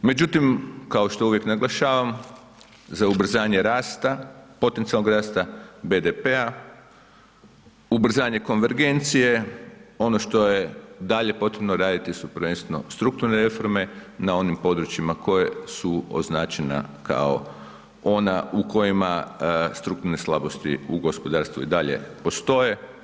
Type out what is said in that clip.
Međutim, kao što uvijek naglašavam za ubrzanje potencijalnog rasta BDP-a ubrzanje konvergencije, ono što je dalje potrebno raditi su prvenstveno strukturne reforme na onim područjima koje su označena kao ona u kojima strukturne slabosti u gospodarstvu i dalje postoje.